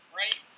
right